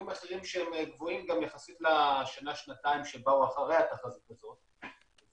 מחירים שהם גבוהים גם יחסית לשנה-שנתיים שבאו אחרי התחזית הזאת.